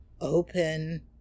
open